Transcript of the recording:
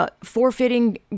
Forfeiting